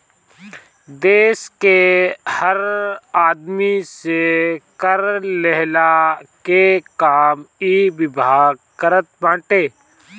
देस के हर आदमी से कर लेहला के काम इ विभाग करत बाटे